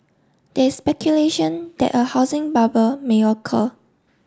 there is speculation that a housing bubble may occur